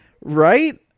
right